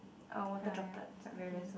or water droplets okay